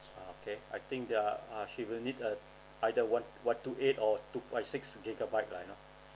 okay I think yeah uh she will need a either one one two eight or two five six gigabyte lah you know